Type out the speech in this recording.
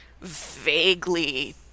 vaguely